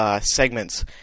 segments